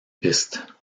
pistes